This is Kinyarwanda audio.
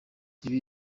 ibi